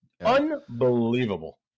unbelievable